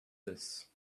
this